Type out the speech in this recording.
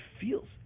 feels